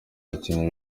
abakinnyi